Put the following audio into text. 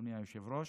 אדוני היושב-ראש,